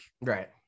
right